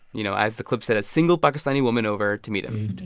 you know, as the clip said, a single pakistani woman over to meet him